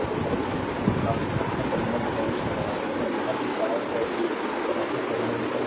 तो करंट धनात्मक टर्मिनल में प्रवेश कर रहा है और यहाँ भी इसका अर्थ है कि धनात्मक टर्मिनल में प्रवेश करना